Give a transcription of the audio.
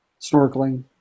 snorkeling